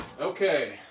Okay